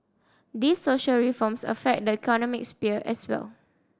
these social reforms affect the economic sphere as well